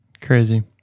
Crazy